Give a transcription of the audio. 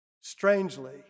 strangely